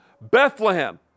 Bethlehem